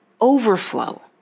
overflow